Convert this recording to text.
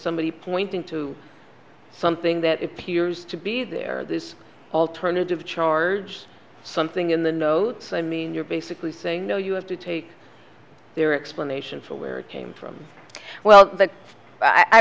somebody pointing to something that appears to be their alternative charge something in the note i mean you're basically saying no you have to take their explanation for where it came from well